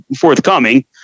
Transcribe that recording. forthcoming